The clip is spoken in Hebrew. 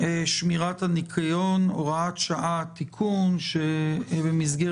שמירת הניקיון (הוראת שעה) (תיקון מס'